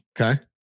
Okay